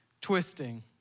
Twisting